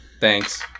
Thanks